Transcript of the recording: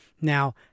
Now